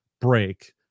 break